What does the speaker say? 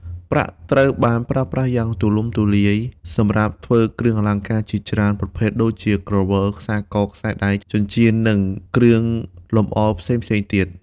ប្រាក់ត្រូវបានប្រើប្រាស់យ៉ាងទូលំទូលាយសម្រាប់ធ្វើគ្រឿងអលង្ការជាច្រើនប្រភេទដូចជា ក្រវិល ខ្សែក ខ្សែដៃ ចិញ្ចៀន និងគ្រឿងលម្អផ្សេងៗទៀត។